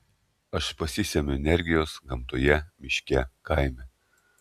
aš pasisemiu energijos gamtoje miške kaime